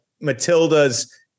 Matilda's